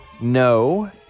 no